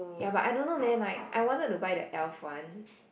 ya but I don't know man like I wanted to buy the Elf one